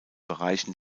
bereichen